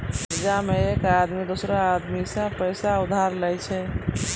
कर्जा मे एक आदमी दोसरो आदमी सं पैसा उधार लेय छै